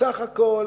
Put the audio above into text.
בסך הכול